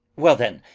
well then,